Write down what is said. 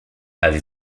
avez